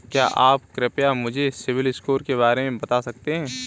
क्या आप कृपया मुझे सिबिल स्कोर के बारे में बता सकते हैं?